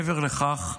מעבר לכך,